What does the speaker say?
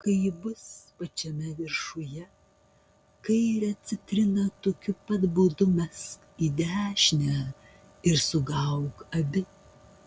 kai ji bus pačiame viršuje kairę citriną tokiu pat būdu mesk į dešinę ir sugauk abi